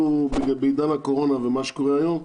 בעידן הקורונה ומה שקורה היום,